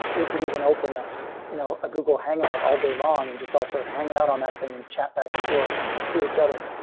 we could even open a you know google hangout all day long and just sort of hangout on that thing and chat back and forth to each other.